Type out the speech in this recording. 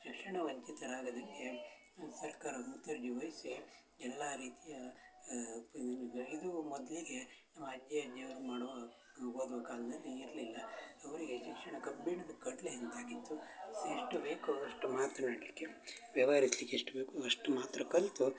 ಶಿಕ್ಷಣವಂಚಿತರಾಗದಂತೆ ಸರ್ಕಾರವು ಮುತುವರ್ಜಿವಹಿಸಿ ಎಲ್ಲ ರೀತಿಯ ಇದು ಮೊದಲಿಗೆ ನಮ್ಮ ಅಜ್ಜ ಅಜ್ಜಿ ಅವ್ರು ಮಾಡುವ ಓದುವ ಕಾಲದಲ್ಲಿ ಇರಲಿಲ್ಲ ಅವರಿಗೆ ಶಿಕ್ಷಣ ಕಬ್ಬಿಣದ ಕಡಲೆ ಅಂತಾಗಿತ್ತು ಸೊ ಎಷ್ಟು ಬೇಕೊ ಅಷ್ಟು ಮಾತನಾಡಲಿಕ್ಕೆ ವ್ಯವಹರಿಸ್ಲಿಕ್ಕೆ ಎಷ್ಟು ಬೇಕೊ ಅಷ್ಟು ಮಾತ್ರ ಕಲಿತು